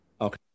okay